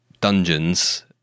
dungeons